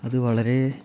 അത് വളരെ